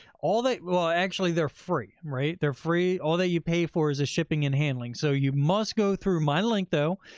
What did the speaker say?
all that. well, actually they're free, right? they're free. all that you pay for is the shipping and handling. so you must go through my link though,